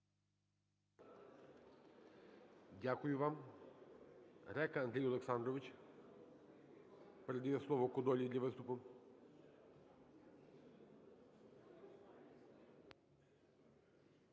Дякую вам. Река Андрій Олександрович. Передає слово Кодолі для виступу.